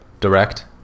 direct